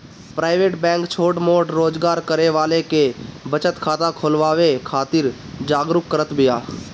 private bank छोट मोट रोजगार करे वाला के बचत खाता खोलवावे खातिर जागरुक करत बिया